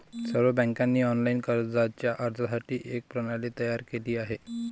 सर्व बँकांनी ऑनलाइन कर्जाच्या अर्जासाठी एक प्रणाली तयार केली आहे